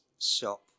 shop